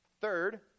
Third